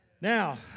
Now